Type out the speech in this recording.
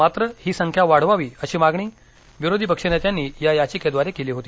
मात्र ही संख्या वाढवावी अशी मागणी विरोधी पक्षनेत्यांनी या याचिकेद्वारे केली होती